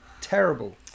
terrible